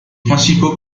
principaux